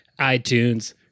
iTunes